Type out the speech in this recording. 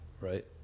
right